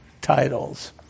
titles